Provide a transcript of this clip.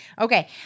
Okay